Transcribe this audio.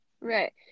Right